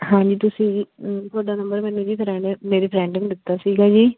ਹਾਂਜੀ ਤੁਸੀਂ ਤੁਹਾਡਾ ਨੰਬਰ ਮੈਨੂੰ ਜੀ ਫਰੈਂਡ ਮੇਰੇ ਫਰੈਂਡ ਨੇ ਦਿੱਤਾ ਸੀਗਾ ਜੀ